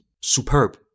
superb